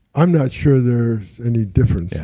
i'm not sure there's any difference, yeah